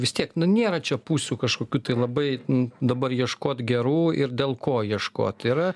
vis tiek nu nėra čia pusių kažkokių tai labai dabar ieškot gerų ir dėl ko ieškot yra